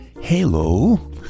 Hello